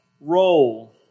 role